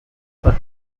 for